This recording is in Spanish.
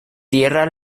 tierra